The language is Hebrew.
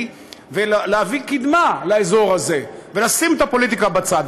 ולהביא קדמה לאזור הזה ולשים את הפוליטיקה בצד.